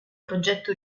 progetto